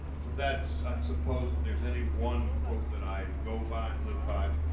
so that's, i suppose, if there's any one quote that i go by and live by,